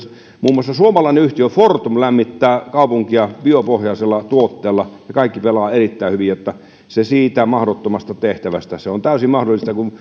muun muassa suomalainen yhtiö fortum lämmittää kaupunkia biopohjaisella tuotteella ja kaikki pelaa erittäin hyvin että se siitä mahdottomasta tehtävästä se on täysin mahdollista